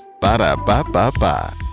Ba-da-ba-ba-ba